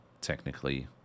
technically